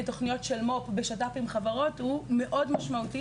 תוכניות של מו"פ בשיתוף פעולה עם חברות הוא משמעותי מאוד.